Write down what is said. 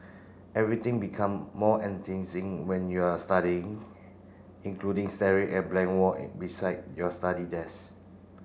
everything become more enticing when you are studying including staring at blank wall and beside your study desk